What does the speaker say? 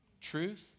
truth